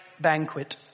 banquet